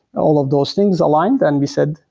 all of those things aligned, and we said,